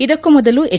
ಇದಕ್ಕೂ ಮೊದಲು ಎಚ್